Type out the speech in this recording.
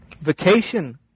vacation